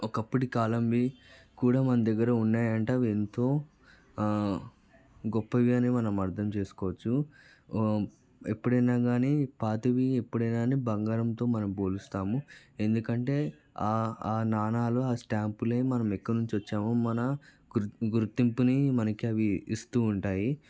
ఒకప్పటి కాలానివి కూడా మన దగ్గర ఉన్నాయి అంటే అవి ఎంతో గొప్పగానే మనం అర్థం చేసుకోవచ్చు ఎప్పుడైనా కాని పాతవి ఎప్పుడైనా కాని బంగారంతో మనం పోలుస్తాము ఎందుకంటే ఆ నాణాలు ఆ స్టాంపులే మనం ఎక్కడి నుంచి వచ్చాము మన గుర్తిం గుర్తింపుని మనకి అవి ఇస్తూ ఉంటాయి